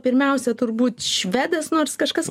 pirmiausia turbūt švedas nors kažkas